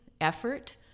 effort